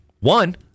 One